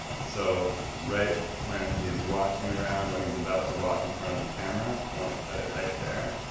so right when he's walking around, when he's about to walk in front of the camera, i want to cut it right there,